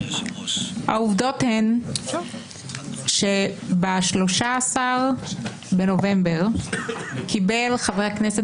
העובדות הן שב-13 בנובמבר קיבל חבר הכנסת